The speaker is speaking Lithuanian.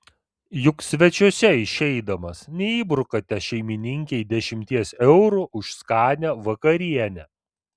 juk svečiuose išeidamas neįbrukate šeimininkei dešimties eurų už skanią vakarienę